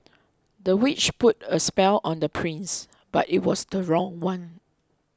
the witch put a spell on the prince but it was the wrong one